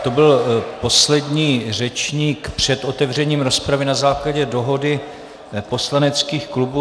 Tak to byl poslední řečník před otevřením rozpravy na základě dohody poslaneckých klubů.